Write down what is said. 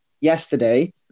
yesterday